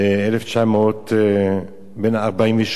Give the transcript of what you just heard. בין 1948 לבין 1967,